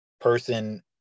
person